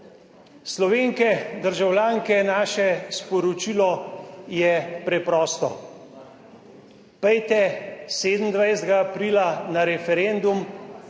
Slovenke, državljanke, naše sporočilo je preprosto, pojdite 27. aprila na referendum,